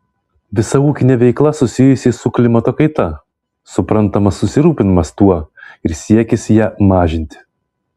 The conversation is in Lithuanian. visa ūkinė veikla susijusi su klimato kaita suprantamas susirūpinimas tuo ir siekis ją mažinti